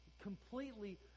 completely